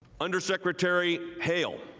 undersecretary hill,